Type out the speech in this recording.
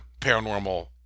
paranormal